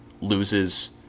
loses